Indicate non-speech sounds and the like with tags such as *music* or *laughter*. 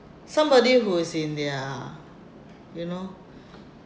somebody who is in their you know *breath*